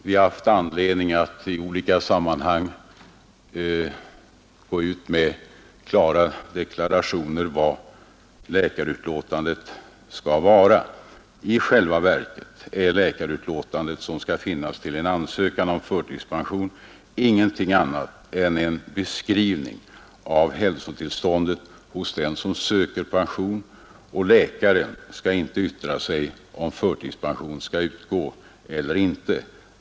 Vi har haft anledning att i olika sammanhang gå ut med klara deklarationer om vad läkarutlåtandet skall vara. I själva verket är läkarutlåtandet, som skall finnas fogat till en ansökan om förtidspension, ingenting annat än en beskrivning av hälsotillståndet hos den som söker pension. Läkaren skall inte yttra sig om förtidspension skall utgå eller inte.